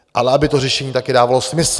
Ale aby to řešení taky dávalo smysl.